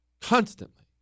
constantly